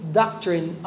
doctrine